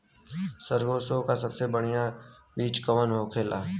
सरसों का सबसे बढ़ियां बीज कवन होखेला?